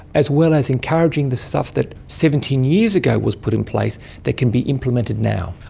as well as encouraging the stuff that seventeen years ago was put in place that can be implemented now.